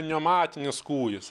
pneumatinis kūjis